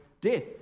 death